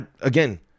Again